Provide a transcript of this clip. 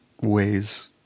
ways